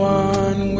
one